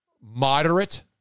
moderate